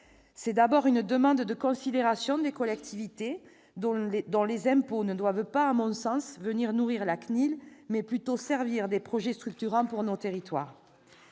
C'est d'abord une demande de considération des collectivités, dont les impôts ne doivent pas à mon sens venir nourrir la CNIL, mais plutôt servir des projets structurants pour nos territoires.